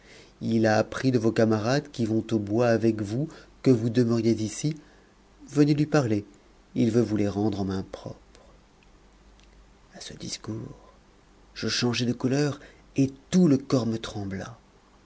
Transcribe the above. il a appris de vos camarades qui vont au bois avec vous que vous demeuriez ici venez lui parler il veut vous les rendre en main propre à ce discours je changeai de couleur et tout le corps me trembla